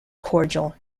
cordial